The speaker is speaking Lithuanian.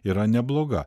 yra nebloga